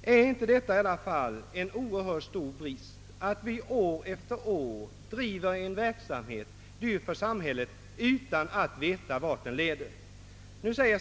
besked. är det i alla fall inte en oerhört stor brist att vi år efter år driver en verksamhet, dyr för samhället, utan att veta vart den leder?